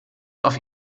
auf